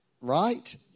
right